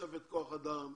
תוספת כוח אדם,